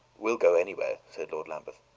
we'll go anywhere, said lord lambeth.